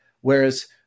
Whereas